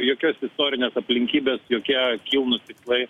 jokios istorinės aplinkybės jokie kilnūs tikslai